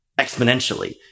exponentially